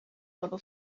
model